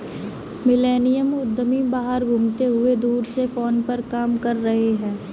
millennial उद्यमी बाहर घूमते हुए दूर से फोन पर काम कर रहे हैं